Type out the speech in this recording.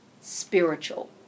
spiritual